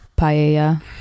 paella